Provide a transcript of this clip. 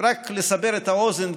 רק לסבר את האוזן,